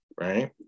right